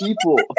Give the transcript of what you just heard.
people